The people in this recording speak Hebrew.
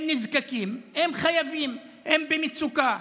הם נזקקים, הם חייבים, הם במצוקה.